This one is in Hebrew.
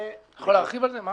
אתה יכול להרחיב מה שונה?